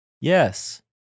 Yes